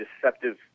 deceptive